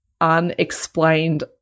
unexplained